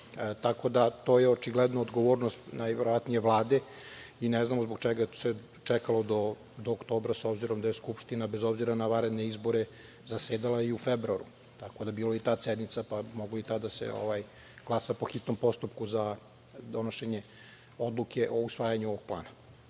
Tako da je to očigledno odgovornost Vlade i ne znamo zbog čega se čekalo do oktobra, s obzirom da je Skupština bez obzira na vanredne izbore zasedala i u februaru. Tako da je bila i tada sednica, pa moglo je i tada da se glasa po hitnom postupku za donošenje odluke o usvajanju ovog plana. Ono